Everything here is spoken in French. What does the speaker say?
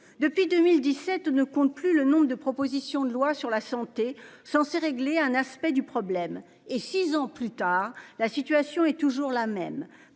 depuis 2017, ne compte plus le nombre de propositions de loi sur la santé censé régler un aspect du problème et six ans plus tard, la situation est toujours la même